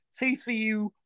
TCU